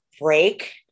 break